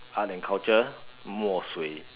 art and culture 墨水：mo shui